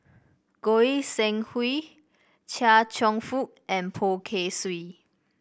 Goi Seng Hui Chia Cheong Fook and Poh Kay Swee